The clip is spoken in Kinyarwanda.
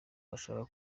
washaka